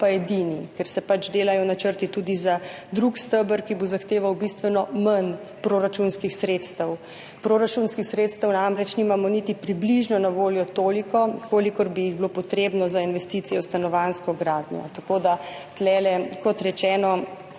pa edini, ker se pač delajo načrti tudi za drugi steber, ki bo zahteval bistveno manj proračunskih sredstev. Proračunskih sredstev namreč nimamo niti približno na voljo toliko, kolikor bi jih bilo potrebno za investicije v stanovanjsko gradnjo. Tako da tu, kot rečeno,